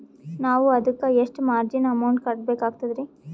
ನಾವು ಅದಕ್ಕ ಎಷ್ಟ ಮಾರ್ಜಿನ ಅಮೌಂಟ್ ಕಟ್ಟಬಕಾಗ್ತದ್ರಿ?